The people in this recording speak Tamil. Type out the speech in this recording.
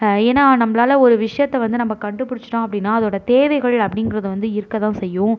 ஏன்னால் நம்பளால் ஒரு விஷயத்த வந்து நம்ப கண்டுபிடிச்சிட்டோம் அப்படினால் அதோடய தேவைகள் அப்படிங்கிறது வந்து இருக்க தான் செய்யும்